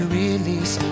release